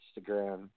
Instagram